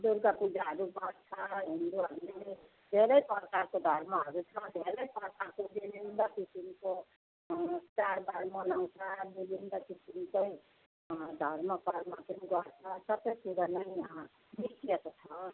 दुर्गापूजाहरू गर्छ हिन्दूहरूले धेरै प्रकारको धर्महरू छ धेरै परकारको विभिन्न किसिमको चाडबाड मनाउँछ विभिन्न किसिमकै धर्म कर्म पनि गर्छ सबै कुरो नै देखिएको छ